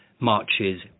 Marches